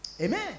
Amen